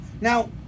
Now